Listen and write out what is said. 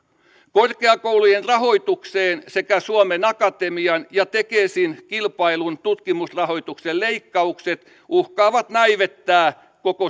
korkeakoulujen rahoitukseen sekä suomen akatemian ja tekesin kilpaillun tutkimusrahoituksen leikkaukset uhkaavat näivettää koko